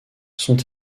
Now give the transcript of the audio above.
sont